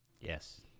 Yes